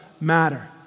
matter